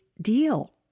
deal